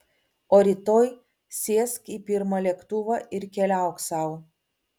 o rytoj sėsk į pirmą lėktuvą ir keliauk sau